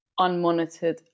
unmonitored